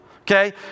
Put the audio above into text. okay